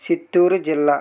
చిత్తూరు జిల్లా